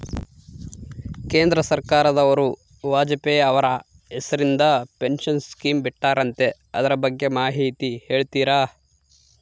ಕೇಂದ್ರ ಸರ್ಕಾರದವರು ವಾಜಪೇಯಿ ಅವರ ಹೆಸರಿಂದ ಪೆನ್ಶನ್ ಸ್ಕೇಮ್ ಬಿಟ್ಟಾರಂತೆ ಅದರ ಬಗ್ಗೆ ಮಾಹಿತಿ ಹೇಳ್ತೇರಾ?